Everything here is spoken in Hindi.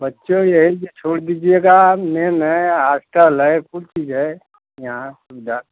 बच्चों यहीं जे छोड़ दीजिएगा मैम है हास्टल है कुल चीज़ है यहाँ सुविधा